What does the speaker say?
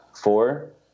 four